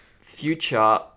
Future